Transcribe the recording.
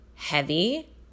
heavy